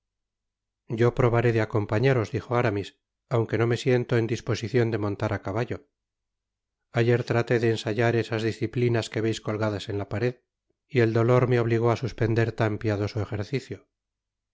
yo probaré de acompañaros dijo aramis aunque no me siento en dispo sicion de montar á caballo ayer traté de ensayar esas disciplinas que veis col gadas en la pared y el dolor me obligó á suspender tan piadoso ejercicio